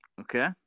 okay